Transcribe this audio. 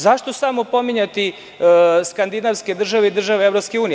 Zašto samo pominjati skandinavske države i države EU?